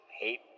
hate